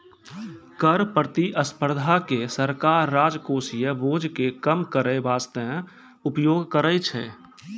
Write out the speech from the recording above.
कर प्रतिस्पर्धा के सरकार राजकोषीय बोझ के कम करै बासते उपयोग करै छै